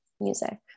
music